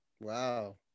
Wow